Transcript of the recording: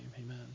Amen